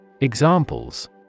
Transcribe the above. Examples